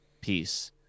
peace